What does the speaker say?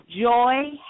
joy